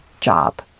job